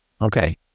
okay